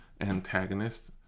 antagonist